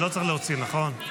אני לא צריך להוציא, נכון?